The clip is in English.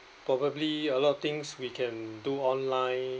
probably a lot of things we can do online